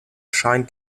scheint